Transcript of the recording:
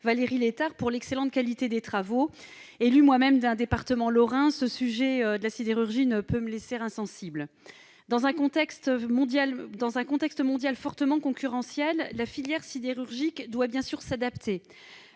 Valérie Létard, de l'excellente qualité de leurs travaux. Moi-même élue d'un département lorrain, le sujet de la sidérurgie ne peut me laisser insensible. Dans un contexte mondial fortement concurrentiel, la filière sidérurgique doit bien sûr s'adapter.